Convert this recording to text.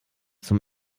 zum